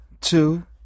two